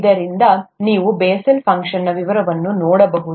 ಆದ್ದರಿಂದ ನೀವು Bessel's function functionನ ವಿವರಗಳನ್ನು ನೋಡಬಹುದು